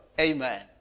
Amen